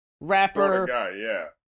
Rapper